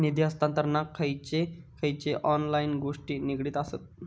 निधी हस्तांतरणाक खयचे खयचे ऑनलाइन गोष्टी निगडीत आसत?